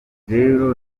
rero